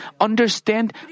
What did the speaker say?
understand